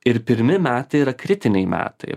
ir pirmi metai yra kritiniai metai